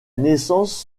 naissance